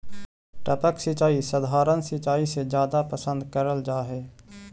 टपक सिंचाई सधारण सिंचाई से जादा पसंद करल जा हे